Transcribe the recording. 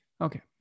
Okay